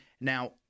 Now